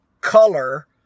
color